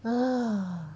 ah